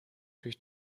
durch